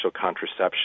contraception